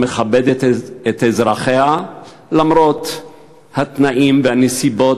המכבדת את אזרחיה למרות התנאים והנסיבות